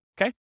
Okay